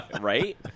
Right